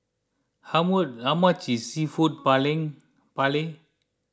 how more how much is Seafood Paella